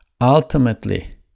ultimately